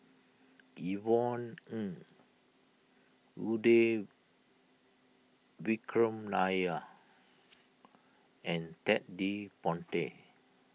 Yvonne Ng Uhde Vikram Nair and Ted De Ponti